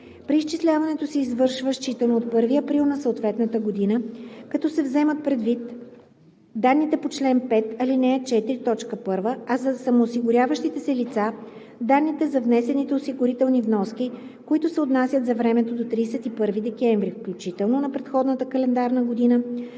Преизчисляването се извършва считано от 1 април на съответната година, като се вземат предвид данните по чл. 5, ал. 4, т. 1, а за самоосигуряващите се лица – данните за внесените осигурителни вноски, които се отнасят за времето до 31 декември, включително, на предходната календарна година